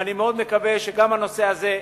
ואני מאוד מקווה שגם הנושא הזה,